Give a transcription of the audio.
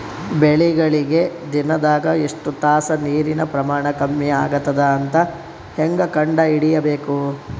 ಬೆಳಿಗಳಿಗೆ ದಿನದಾಗ ಎಷ್ಟು ತಾಸ ನೀರಿನ ಪ್ರಮಾಣ ಕಮ್ಮಿ ಆಗತದ ಅಂತ ಹೇಂಗ ಕಂಡ ಹಿಡಿಯಬೇಕು?